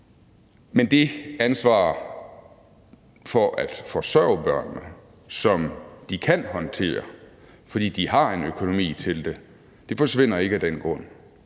Men det ansvar for at forsørge børnene, som de kan håndtere, fordi de har en økonomi til det, forsvinder ikke af den grund;